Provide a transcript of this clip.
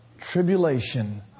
tribulation